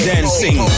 Dancing